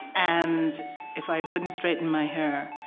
and if i wouldn't straighten my hair,